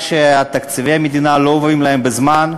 שתקציבי המדינה לא עוברים אליהן בזמן,